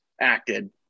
acted